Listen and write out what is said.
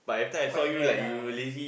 quite rare lah